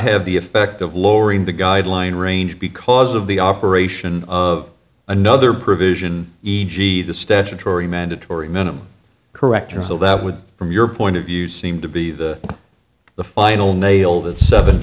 have the effect of lowering the guideline range because of the operation of another provision e g the statutory mandatory minimum correctors all that would be from your point of view seem to be the final nail that seven